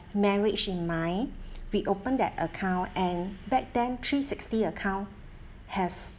marriage in mind we opened that account and back then three sixty account has